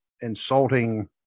insulting